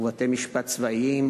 ובבתי-משפט צבאיים,